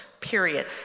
period